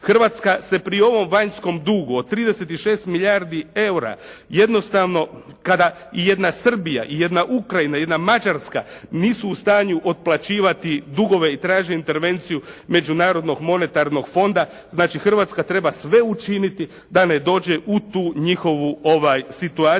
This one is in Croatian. Hrvatska se pri ovom vanjskom dugu od 36 milijardi EUR-a jednostavno kada i jedna Srbija i jedna Ukrajina i jedna Mađarska nisu u stanju otplaćivati dugove i traže intervenciju Međunarodnog monetarnog fonda, znači Hrvatska treba sve učiniti da ne dođe u tu njihovu situaciju